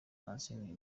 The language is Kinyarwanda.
francine